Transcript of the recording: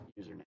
username